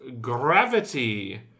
gravity